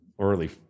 early